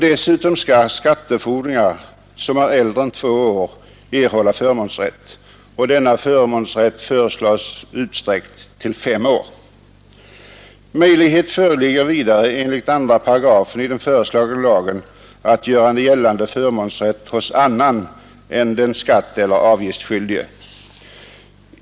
Dessutom skall skattefordringar, som är äldre än två år, erhålla förmånsrätt och denna förmånsrätt föreslås utsträckt till fem år. Möjlighet föreligger vidare enligt 2 § i den föreslagna lagen att göra gällande förmånsrätt hos annan än den skatteller avgiftsskyldige.